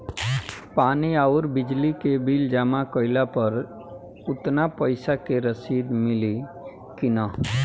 पानी आउरबिजली के बिल जमा कईला पर उतना पईसा के रसिद मिली की न?